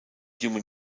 human